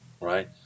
right